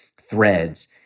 threads